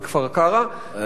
לעיר הקרובה,